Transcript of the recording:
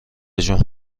جون